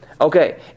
Okay